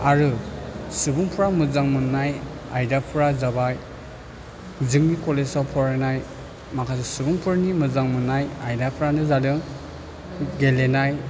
आरो सुबुंफ्रा मोजां मोननाय आयदाफ्रा जाबाय जोंनि कलेजाव फरायनाय माखासे सुबुंफोरनि मोजां मोननाय आयदाफ्रानो जादों गेलेनाय